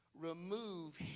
remove